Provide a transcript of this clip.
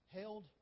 Held